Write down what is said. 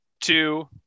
two